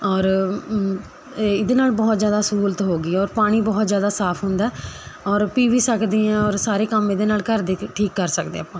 ਔਰ ਇਹਦੇ ਨਾਲ਼ ਬਹੁਤ ਜ਼ਿਆਦਾ ਸਹੂਲਤ ਹੋ ਗਈ ਔਰ ਪਾਣੀ ਬਹੁਤ ਜ਼ਿਆਦਾ ਸਾਫ ਹੁੰਦਾ ਔਰ ਪੀ ਵੀ ਸਕਦੇ ਹਾਂ ਔਰ ਸਾਰੇ ਕੰਮ ਇਹਦੇ ਨਾਲ ਘਰ ਦੇ ਤੇ ਠੀਕ ਕਰ ਸਕਦੇ ਆਪਾਂ